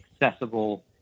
accessible